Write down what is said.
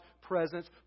presence